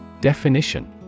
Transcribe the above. Definition